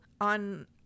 on